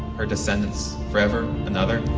her descendants forever another?